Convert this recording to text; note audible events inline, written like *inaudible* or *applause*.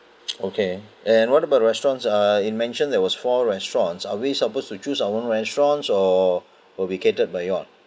*noise* okay and what about restaurants uh it mentioned there was four restaurants are we supposed to choose our own restaurants or will be catered by you all